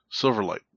Silverlight